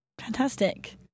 Fantastic